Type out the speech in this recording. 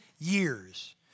years